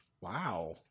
wow